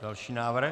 Další návrh.